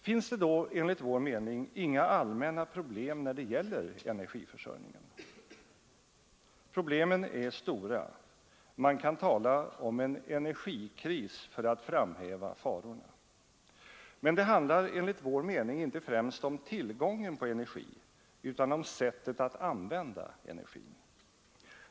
Finns det då enligt vår mening inga allmänna problem när det gäller energiförsörjningen? Problemen är stora; man kan tala om en energikris för att framhäva farorna. Men det handlar enligt vår mening inte främst om tillgången på energi, utan om sättet att använda energin.